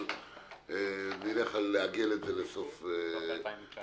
אז נעגל את זה לסוף 2019,